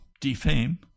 defame